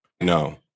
No